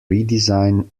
redesign